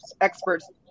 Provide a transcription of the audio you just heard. experts